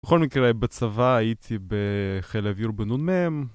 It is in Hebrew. בכל מקרה בצבא הייתי בחיל האוויר בנ"מ